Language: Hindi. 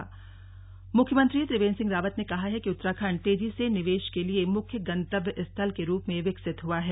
स्लग सीएम बेंगलुरू मुख्यमंत्री त्रिवेंद्र सिंह रावत ने कहा है कि उत्तराखण्ड तेजी से निवेश के लिए मुख्य गंतव्य स्थल के रूप में विकसित हुआ है